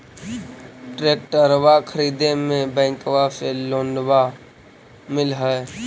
ट्रैक्टरबा खरीदे मे बैंकबा से लोंबा मिल है?